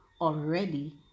already